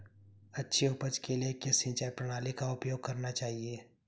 अच्छी उपज के लिए किस सिंचाई प्रणाली का उपयोग करना चाहिए?